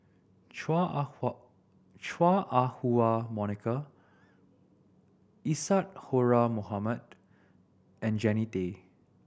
Chua Ah Hua Chua Ah Huwa Monica Isadhora Mohamed and Jannie Tay